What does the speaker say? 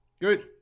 Good